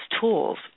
tools